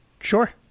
Sure